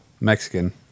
Mexican